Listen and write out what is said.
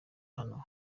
hano